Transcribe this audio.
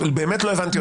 באמת לא הבנתי אותך.